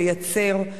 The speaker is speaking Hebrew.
לייצר,